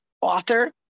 author